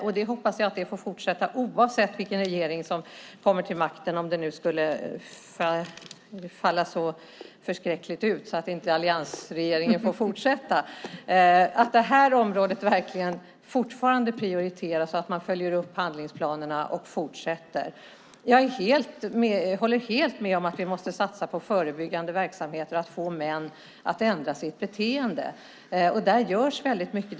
Jag hoppas att det får fortsätta oavsett vilken regering som kommer till makten, om det nu skulle falla så förskräckligt ut att alliansregeringen inte får fortsätta. Jag hoppas att det här området fortfarande prioriteras och att man fortsätter att följa upp handlingsplanerna. Jag håller helt med om att vi måste satsa på förebyggande verksamheter och på att få män att ändra sitt beteende. Där görs väldigt mycket.